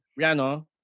Rihanna